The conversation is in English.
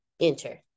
enter